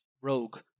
Rogue